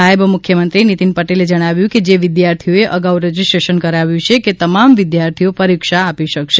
નાયબ મુખ્યમંત્રી નીતીન પટેલે જણાવ્યું છે કે જે વિદ્યાર્થીઓએ અગાઉ રજીસ્ટ્રરેશન કરાવ્યુ છે કે તે તમામ વિદ્યાર્થીઓ પરિક્ષા આપી શકશે